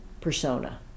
persona